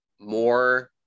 more